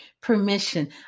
permission